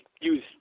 use